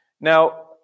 Now